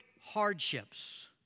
hardships